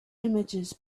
images